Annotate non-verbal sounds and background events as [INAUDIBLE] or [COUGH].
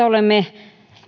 [UNINTELLIGIBLE] olemme